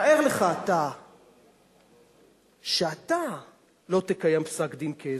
תאר לך אתה שאתה לא תקיים פסק-דין, כאזרח,